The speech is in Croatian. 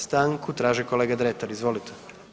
Stanku traži kolega Dretar, izvolite.